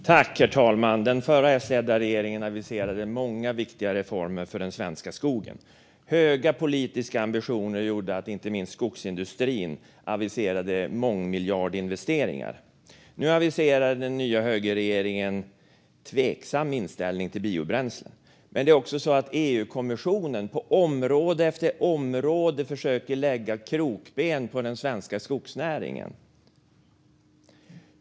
Herr talman! Den förra, S-ledda regeringen aviserade många viktiga reformer för den svenska skogen. Höga politiska ambitioner gjorde att inte minst skogsindustrin aviserade mångmiljardinvesteringar. Nu aviserar den nya högerregeringen en tveksam inställning till biobränsle. Dessutom försöker EU-kommissionen på område efter område att sätta krokben för den svenska skogsnäringen.